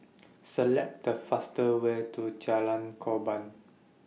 Select The faster Way to Jalan Korban